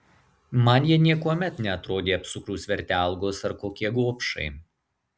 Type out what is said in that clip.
man jie niekuomet neatrodė apsukrūs vertelgos ar kokie gobšai